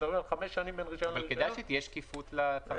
--- אבל כדאי שתהיה שקיפות לצרכנים.